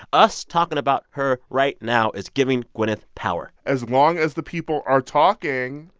us talking about her right now is giving gwyneth power as long as the people are talking.